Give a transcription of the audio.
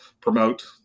promote